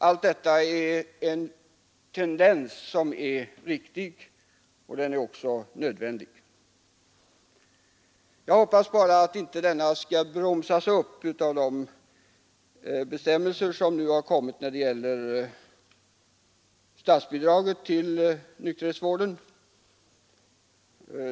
Allt detta är en riktig och nödvändig tendens. Jag hoppas bara att denna tendens inte skall bromsas upp av de bestämmelser som nu har kommit i fråga om statsbidraget till nykterhetsvården.